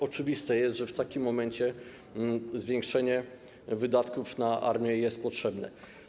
Oczywiste jest, że w takim momencie zwiększenie wydatków na armię jest potrzebne.